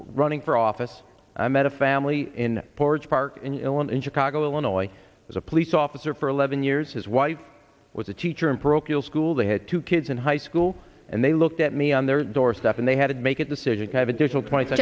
running for office i met a family in porridge park in illinois in chicago illinois as a police officer for eleven years his wife was a teacher in parochial school they had two kids in high school and they looked at me on their doorstep and they had make a decision to have additional points